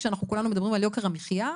כשאנחנו כולנו מדברים על יוקר המחייה.